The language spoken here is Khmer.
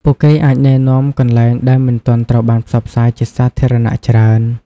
ពួកគេអាចណែនាំកន្លែងដែលមិនទាន់ត្រូវបានផ្សព្វផ្សាយជាសាធារណៈច្រើន។